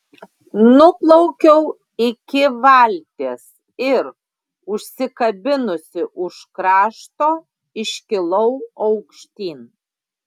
nuplaukiau iki valties ir užsikabinusi už krašto iškilau aukštyn